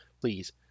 Please